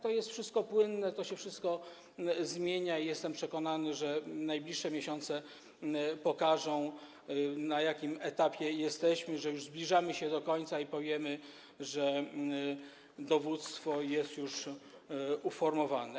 To wszystko jest płynne, to wszystko się zmienia, ale jestem przekonany, że najbliższe miesiące pokażą, na jakim etapie jesteśmy, że już zbliżamy się do końca, a wtedy powiemy, że dowództwo jest już uformowane.